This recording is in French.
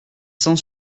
sans